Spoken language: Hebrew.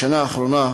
בשנה האחרונה,